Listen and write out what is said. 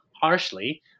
harshly